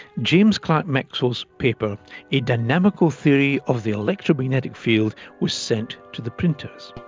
james clerk maxwell's paper a dynamical theory of the electromagnetic field was sent to the printers.